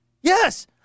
Yes